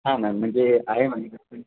हां मॅम म्हणजे आहे माझी